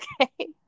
Okay